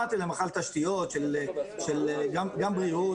גם עובדי בריאות,